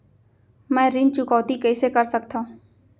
मैं ऋण चुकौती कइसे कर सकथव?